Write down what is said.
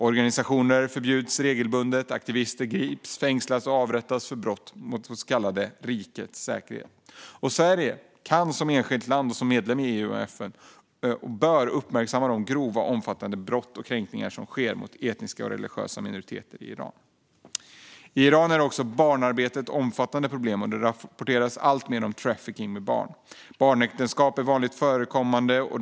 Organisationer förbjuds regelbundet, och aktivister grips, fängslas och avrättas för brott mot det som kallas rikets säkerhet. Sverige bör som enskilt land och som medlem i EU och FN uppmärksamma de grova och omfattande brott mot och kränkningar av etniska och religiösa minoriteter som sker i Iran. I Iran är också barnarbete ett omfattande problem, och det rapporteras alltmer om trafficking med barn. Barnäktenskap är vanligt förekommande.